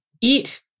eat